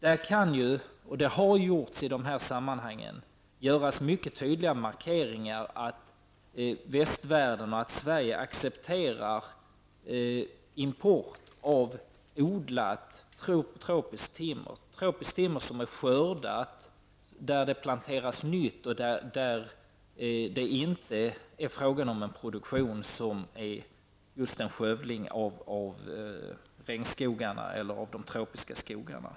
Det kan i dessa sammanhang göras, och har gjorts, mycket tydligare markeringar om att västvärlden och Sverige accepterar import av odlat tropiskt timmer, dvs. tropiskt timmer som skördas där det planteras nytt och inte är fråga om en produktion som innebär en skövling av regnskogarna eller de tropiska skogarna.